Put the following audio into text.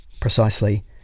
Precisely